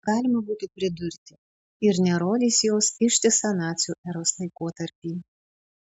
galima būtų pridurti ir nerodys jos ištisą nacių eros laikotarpį